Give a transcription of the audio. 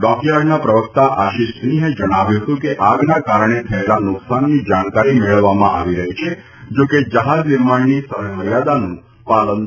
ડોકયાર્ડના પ્રવક્તા આશીષસિંહે જણાવ્યું હતું કે આગના કારણે થયેલા નુકસાનની જાણકારી મેળવવામાં આવી રહી છે જો કે જહાજ નિર્માણની સમયમર્યાદાનું પાલન થશે